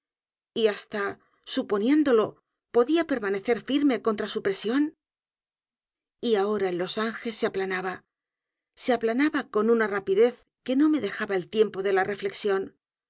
y hasta suponiéndolo podía permanecer firme contra su presión y ahora el losange se aplanaba se aplanaba con una rapidez que no me dejaba el tiempo de la reflexión